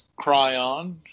Cryon